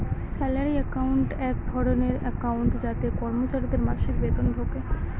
salary account এক ধরনের account যাতে কর্মচারীদের মাসিক বেতন ঢোকে